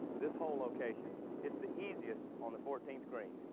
this hole location is the easiest on the fourteenth green